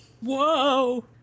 Whoa